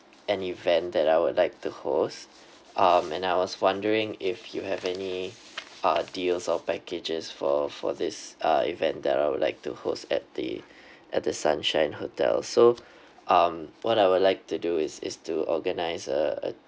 an event that I would like to host um and I was wondering if you have any uh deals or packages for for this uh event that I would like to host at the at the sunshine hotel so um what I would like to do is is to organize a a